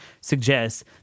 suggests